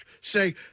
say